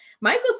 Michael